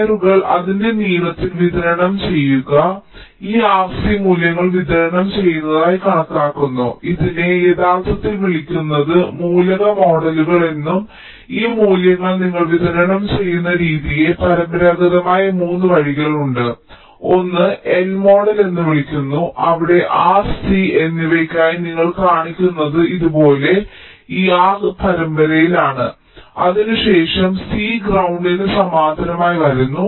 വയറുകൾ അതിന്റെ നീളത്തിൽ വിതരണം ചെയ്യുന്ന ഈ RC മൂല്യങ്ങൾ വിതരണം ചെയ്യുന്നതായി കണക്കാക്കുന്നു ഇതിനെ യഥാർത്ഥത്തിൽ വിളിക്കുന്നു മൂലക മോഡലുകൾ എന്നും ഈ മൂല്യങ്ങൾ നിങ്ങൾ വിതരണം ചെയ്യുന്ന രീതിയെ പരമ്പരാഗതമായി 3 വഴികളുണ്ട് ഒന്ന് L മോഡൽ എന്ന് വിളിക്കുന്നു അവിടെ R C എന്നിവയ്ക്കായി നിങ്ങൾ കാണിക്കുന്നു അതു പോലെ ഈ R പരമ്പരയിലാണ് അതിനു ശേഷം C ഗ്രൌണ്ടിന് സമാന്തരമായി വരുന്നു